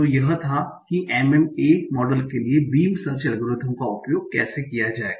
तो यह था कि MMA मॉडल के लिए बीम सर्च एल्गोरिदम का उपयोग कैसे किया जाए